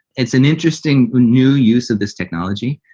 it's an interesting new use of this technology,